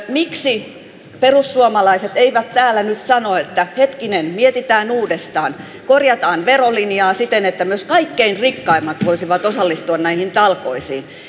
miksi perussuomalaiset eivät täällä nyt sano että hetkinen mietitään uudestaan korjataan verolinjaa siten että myös kaikkein rikkaimmat voisivat osallistua näihin talkoisiin